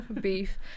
beef